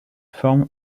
form